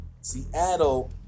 Seattle